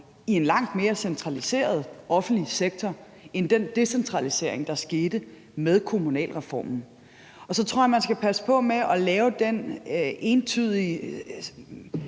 i en langt mere centraliseret offentlig sektor end den decentralisering, der skete med kommunalreformen. Og så tror jeg, man skal passe på med at lave den entydige